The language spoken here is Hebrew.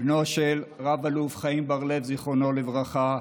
בן נחום ומלכה, זכרם לברכה,